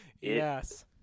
yes